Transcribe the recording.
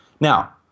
Now